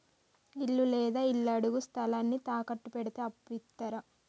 ఇల్లు లేదా ఇళ్లడుగు స్థలాన్ని తాకట్టు పెడితే అప్పు ఇత్తరా?